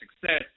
success